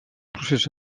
procés